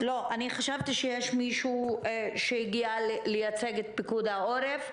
שיש מישהו שהגיע לייצג את פיקוד העורף,